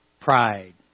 Pride